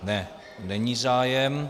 Ne, není zájem.